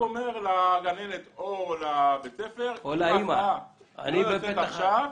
אומר לגננת או לבית הספר שאם הוא לא יוצא עכשיו,